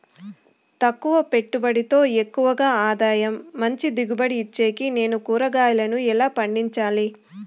తక్కువ పెట్టుబడితో ఎక్కువగా ఆదాయం మంచి దిగుబడి ఇచ్చేకి నేను కూరగాయలను ఎలా పండించాలి?